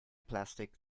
plastic